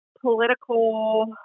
political